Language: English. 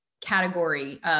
category